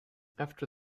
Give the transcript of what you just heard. after